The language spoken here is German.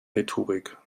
rhetorik